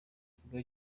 igikorwa